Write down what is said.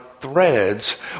threads